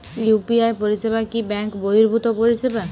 UPI পরিসেবা কি bank বর্হিভুত পরিসেবা?